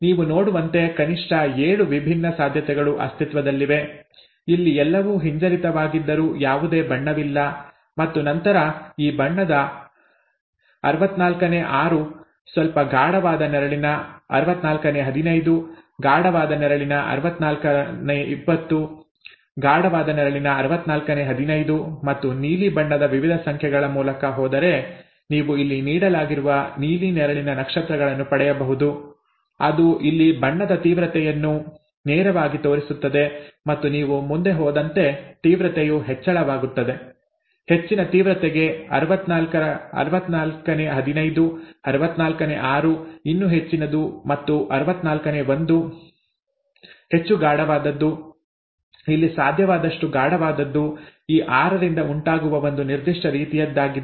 ನೀವು ನೋಡುವಂತೆ ಕನಿಷ್ಠ 7 ವಿಭಿನ್ನ ಸಾಧ್ಯತೆಗಳು ಅಸ್ತಿತ್ವದಲ್ಲಿವೆ ಇಲ್ಲಿ ಎಲ್ಲವೂ ಹಿಂಜರಿತವಾಗಿದ್ದರೂ ಯಾವುದೇ ಬಣ್ಣವಿಲ್ಲ ಮತ್ತು ನಂತರ ಈ ಬಣ್ಣದ 664 ಸ್ವಲ್ಪ ಗಾಢವಾದ ನೆರಳಿನ 1564 ಗಾಢವಾದ ನೆರಳಿನ 2064 ಗಾಢವಾದ ನೆರಳಿನ 1564 ಮತ್ತು ನೀಲಿ ಬಣ್ಣದ ವಿವಿಧ ಸಂಖ್ಯೆಗಳ ಮೂಲಕ ಹೋದರೆ ನೀವು ಇಲ್ಲಿ ನೀಡಲಾಗಿರುವ ನೀಲಿ ನೆರಳಿನ ನಕ್ಷತ್ರಗಳನ್ನು ಪಡೆಯಬಹುದು ಅದು ಇಲ್ಲಿ ಬಣ್ಣದ ತೀವ್ರತೆಯನ್ನು ನೇರವಾಗಿ ತೋರಿಸುತ್ತದೆ ಮತ್ತು ನೀವು ಮುಂದೆ ಹೋದಂತೆ ತೀವ್ರತೆಯು ಹೆಚ್ಚಳವಾಗುತ್ತದೆ ಹೆಚ್ಚಿನ ತೀವ್ರತೆಗೆ 1564 664 ಇನ್ನೂ ಹೆಚ್ಚಿನದು ಮತ್ತು 164 ಹೆಚ್ಚು ಗಾಢವಾದದ್ದು ಇಲ್ಲಿ ಸಾಧ್ಯವಾದಷ್ಟು ಗಾಢವಾದದ್ದು ಈ ಆರರಿಂದ ಉಂಟಾಗುವ ಒಂದು ನಿರ್ದಿಷ್ಟ ರೀತಿಯದ್ದಾಗಿದೆ